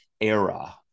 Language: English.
era